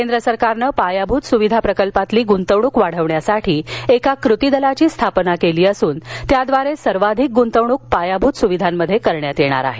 केंद्र सरकारनं पायाभूत सुविधा प्रकल्पांतील गुंतवणूक वाढवण्यासाठी एका कृती दलाची स्थापना केली वसून त्याद्वारे सर्वाधिक गुंतवणूक पायाभूत सुविधांमध्ये करण्यात येणार आहे